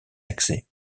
accès